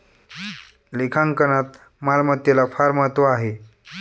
लेखांकनात मालमत्तेला फार महत्त्व आहे